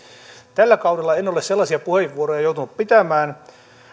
tällä kaudella en ole sellaisia puheenvuoroja joutunut pitämään